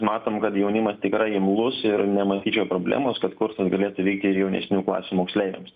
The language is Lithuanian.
matom kad jaunimas tikrai imlus ir nematyčiau problemos kad kursas galėtų vykti ir jaunesnių klasių moksleiviams